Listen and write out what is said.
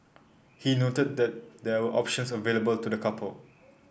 he noted that there were options available to the couple